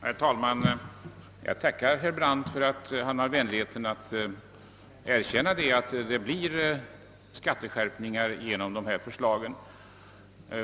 Herr talman! Jag tackar herr Brandt för att han haft vänligheten att erkänna att det blir skatteskärpningar genom dessa förslag.